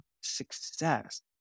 success